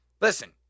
listen